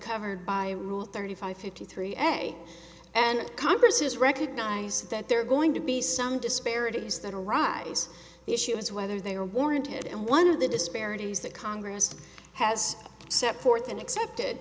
covered by rule thirty five fifty three a and congress is recognize that there are going to be some disparities that arise the issue is whether they are warranted and one of the disparities that congress has set forth and accepted